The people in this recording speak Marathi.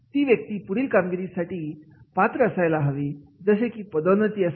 ती व्यक्ती पुढील कामगिरी करण्यासाठी पात्र असायला हवी जसे की पदोन्नती